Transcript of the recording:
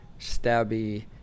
stabby